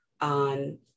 on